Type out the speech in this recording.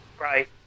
Right